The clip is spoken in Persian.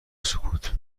سکوت